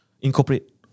Incorporate